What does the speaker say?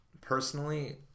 personally